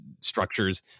structures